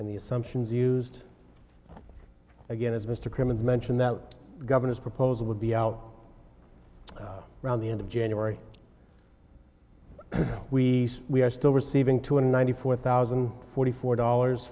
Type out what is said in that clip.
and the assumptions used again as mr crimmins mentioned that governor's proposal would be out around the end of january we we are still receiving two hundred ninety four thousand and forty four dollars